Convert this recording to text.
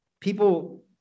People